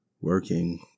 working